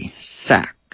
sack